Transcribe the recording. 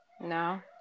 no